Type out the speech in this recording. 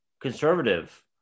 conservative